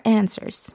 answers